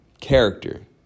character